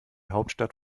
hauptstadt